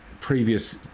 previous